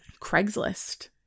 Craigslist